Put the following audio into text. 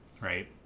right